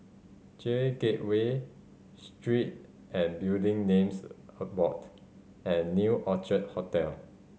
J Gateway Street and Building Names A Board and New Orchid Hotel